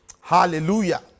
Hallelujah